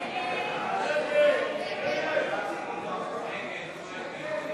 ההסתייגויות לסעיף 36, משרד הכלכלה, לשנת